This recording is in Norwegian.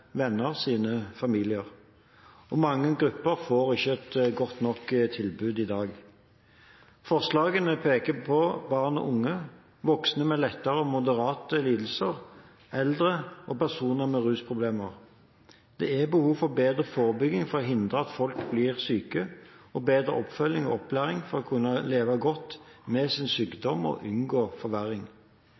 venner og familier. Mange grupper får ikke et godt nok tilbud i dag. Forslagene peker på barn og unge, voksne med lettere og moderate lidelser, eldre og personer med rusproblemer. Det er behov for bedre forebygging for å hindre at folk blir syke og bedre oppfølging og opplæring for å kunne leve godt med sin sykdom og unngå forverring.